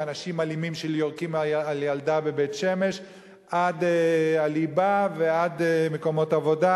מאנשים אלימים שיורקים על ילדה בבית-שמש עד הליבה ועד מקומות עבודה.